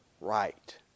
right